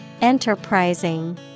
Enterprising